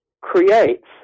creates